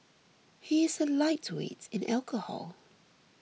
he is a lightweight in alcohol